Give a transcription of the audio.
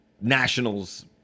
nationals